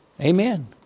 Amen